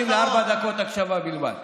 לארבע דקות הקשבה בלבד.